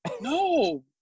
No